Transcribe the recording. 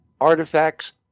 artifacts